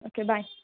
okay bye